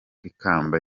ikamba